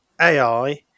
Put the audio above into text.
AI